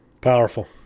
Powerful